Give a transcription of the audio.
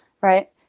Right